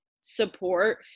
support